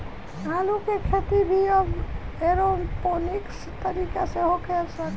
आलू के खेती भी अब एरोपोनिक्स तकनीकी से हो सकता